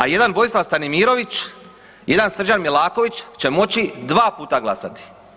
A jedan Vojislav Stanimirović, jedan Srđan Milaković će moći dva puta glasati.